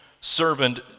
servant